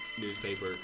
newspaper